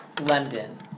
London